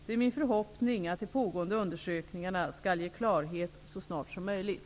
Det är min förhoppning att de pågående undersökningarna skall ge klarhet så snart som möjligt.